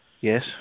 Yes